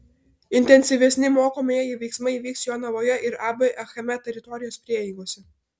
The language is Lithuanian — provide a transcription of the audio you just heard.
intensyvesni mokomieji veiksmai vyks jonavoje ir ab achema teritorijos prieigose